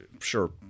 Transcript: sure